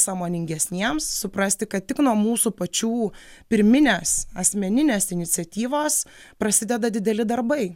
sąmoningesniems suprasti kad tik nuo mūsų pačių pirminės asmeninės iniciatyvos prasideda dideli darbai